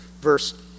verse